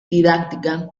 didáctica